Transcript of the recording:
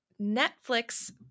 Netflix